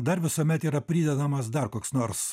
dar visuomet yra pridedamas dar koks nors